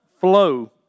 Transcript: flow